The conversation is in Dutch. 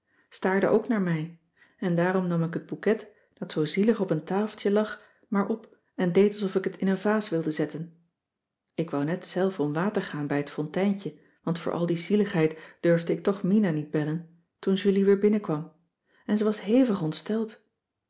staarde ook naar mij en daarom nam ik het bouquet dat zoo zielig op een tafeltje lag maar op en deed alsof ik het in een vaas wilde zetten ik wou net zelf om water gaan bij het fonteintje want voor al die zieligheid durfde ik toch mina niet bellen toen julie weer binnenkwam en ze was hevig